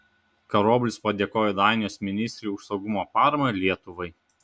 karoblis padėkojo danijos ministrei už saugumo paramą lietuvai